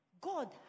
God